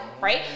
right